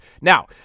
now